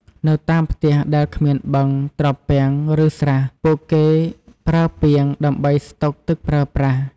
នៅតាមផ្ទះដែលគ្មានបឹង ត្រពាំង ឬស្រះ ពួកគេប្រើពាង ដើម្បីស្តុកទឹកប្រើប្រាស់។